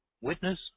witness